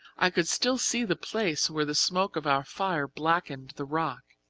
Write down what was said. i could still see the place where the smoke of our fire blackened the rock.